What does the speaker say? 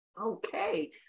Okay